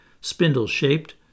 spindle-shaped